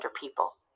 people